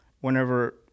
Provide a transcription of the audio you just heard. whenever